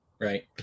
right